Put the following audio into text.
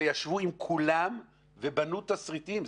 ישבו עם כולם ובנו תסריטים,